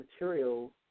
material